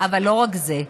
אבל לא רק זה.